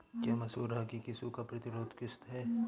क्या मसूर रागी की सूखा प्रतिरोध किश्त है?